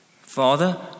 Father